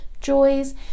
joys